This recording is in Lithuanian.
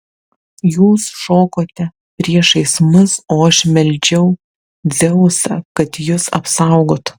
jūs šokote priešais mus o aš meldžiau dzeusą kad jus apsaugotų